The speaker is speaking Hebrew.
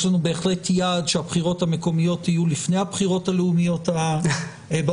יש לנו בהחלט יעד שהבחירות המקומיות יהיו לפני הבחירות הלאומיות הבאות,